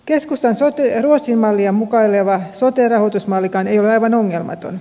keskustan ruotsin mallia mukaileva sote rahoitusmallikaan ei ole aivan ongelmaton